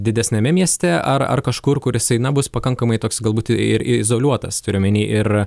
didesniame mieste ar ar kažkur kuris jisai na bus pakankamai toks galbūt ir izoliuotas turiu omeny ir